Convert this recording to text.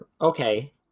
Okay